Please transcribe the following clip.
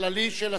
הכללי של הסיעות.